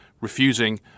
refusing